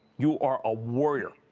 you are a warrior.